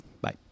Bye